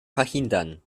verhindern